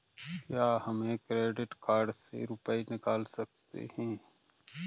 क्या हम credit card से रुपये निकाल सकते हैं?